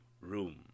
room